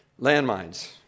landmines